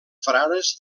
frares